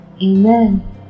Amen